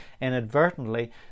inadvertently